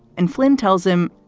and flynn tells him,